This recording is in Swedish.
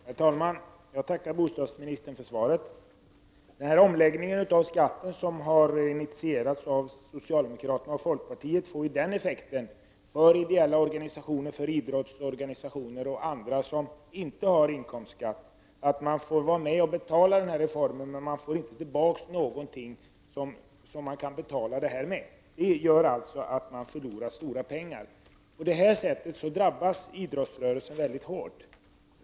Herr talman! Jag tackar bostadsministern för svaret. Denna skatteomläggning som har initierats av socialdemokraterna och folkpartiet får ju den effekten för ideella organisationer, idrottsorganisationer och andra organisationer som inte betalar inkomstsskatt att dessa får vara med och betala reformen, men de får inte tillbaka någonting. Detta gör att dessa organisationer förlorar stora pengar, och på det här sättet drabbas idrottsrörelsen väldigt hårt.